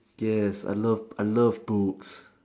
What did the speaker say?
yes I love I love books